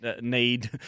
need